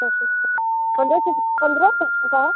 पंद्रह सौ रूपये पंद्रह सौ पंद्रह सौ का है